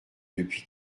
depuis